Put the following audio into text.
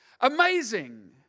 Amazing